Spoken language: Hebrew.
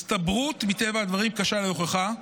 הסתברות, מטבע הדברים, קשה להוכחה.